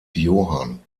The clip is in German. johann